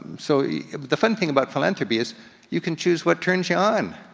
so the fun thing about philanthropy is you can choose what turns ya on.